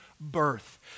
birth